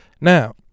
now